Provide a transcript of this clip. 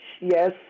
yes